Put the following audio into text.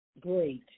great